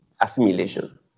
assimilation